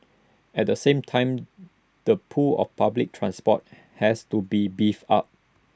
at the same time the pull of public transport has to be beefed up